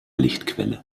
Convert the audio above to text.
lichtquelle